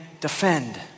defend